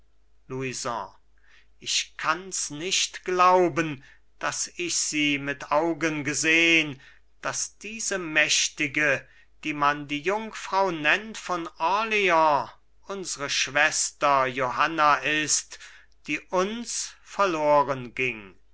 louison ich kanns nicht glauben bis ich sie mit augen gesehn daß diese mächtige die man die jungfrau nennt von orleans unsre schwester johanna ist die uns verlorenging